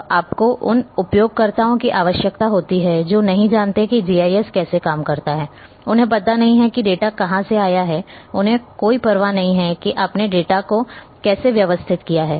तो आपको उन उपयोगकर्ताओं की आवश्यकता होती है जो नहीं जानते कि जीआईएस कैसे काम करता है उन्हें पता नहीं है कि डेटा कहां से आया है उन्हें कोई परवाह नहीं है कि आपने डेटा को कैसे व्यवस्थित किया है